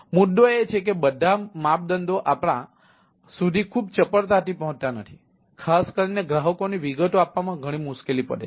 મુદ્દો એ છે કે આ બધા માપદંડો આપણા સુધી ખૂબ ચપળતાથી પહોંચતા નથી ખાસ કરીને ગ્રાહકોની વિગતો આપવામાં ઘણી મુશ્કેલી પડે છે